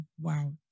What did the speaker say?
wow